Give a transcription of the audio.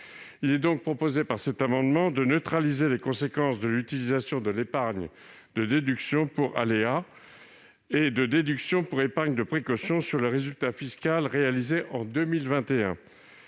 Il est ainsi proposé de neutraliser les conséquences de l'utilisation de l'épargne de déduction pour aléas, et de déduction pour épargne de précaution sur le résultat fiscal réalisé en 2021,